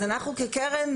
כקרן,